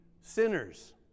sinners